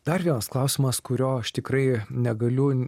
dar vienas klausimas kurio aš tikrai negaliu